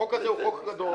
החוק הזה הוא חוק גדול,